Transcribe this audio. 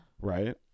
Right